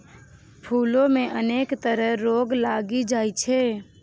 फूलो मे अनेक तरह रोग लागि जाइ छै